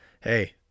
hey